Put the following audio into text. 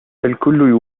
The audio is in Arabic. الكل